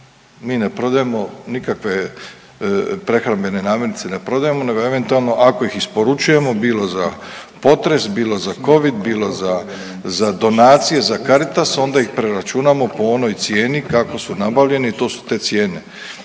mi ne prodajemo nikakve prehrambene namirnice ne prodajemo nego eventualno ako ih isporučujemo bilo za potres, bilo za covid, bilo za donacije, za Caritas onda ih preračunamo po onoj cijeni kako su nabavljeni i to su te cijene.